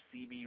cb